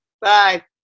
Bye